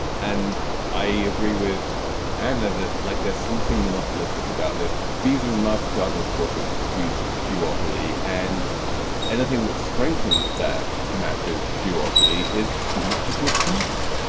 and i agree with anna that like there's something monopolistic about this. visa and mastercard are, of course, a huge duopoly and anything that strengthens that massive duopoly is not a good thing